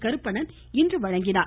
கருப்பணன் இன்று வழங்கினார்